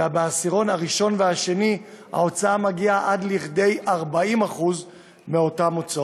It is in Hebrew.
ובעשירון הראשון והשני ההוצאה מגיעה עד כדי 40% מהן.